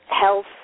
Health